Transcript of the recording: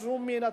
שום הבדל מין.